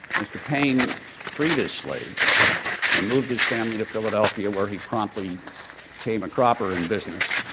mr. payne freed his slaves and moved his family to philadelphia where he promptly became a cropper in business.